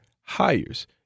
hires